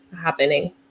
happening